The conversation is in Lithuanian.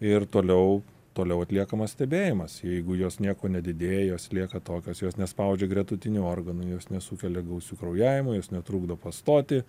ir toliau toliau atliekamas stebėjimas jeigu jos nieko nedidėja jos lieka tokios jos nespaudžia gretutinių organų jos nesukelia gausių kraujavimų jos netrukdo pastoti